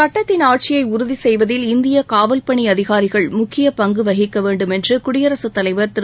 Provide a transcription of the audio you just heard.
சுட்டத்தின் ஆட்சியை உறுதி செய்வதில் இந்திய காவல் பணி அதிகாரிகள் முக்கிய பங்கு வகிக்க வேண்டும் என்று குடியரசுத் தலைவர் திரு